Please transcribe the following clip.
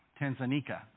Tanzania